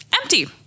empty